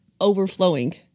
overflowing